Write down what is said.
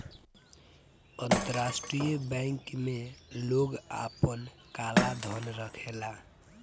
अंतरराष्ट्रीय बैंक में लोग आपन काला धन रखेला